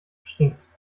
stinkst